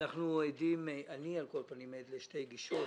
אנחנו עדים, אני על כל פנים עד לשתי גישות.